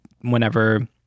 whenever